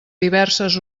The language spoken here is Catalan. diverses